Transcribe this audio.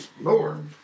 Lord